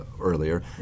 earlier